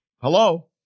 hello